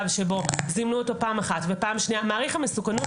--- מעריך מסוכנות,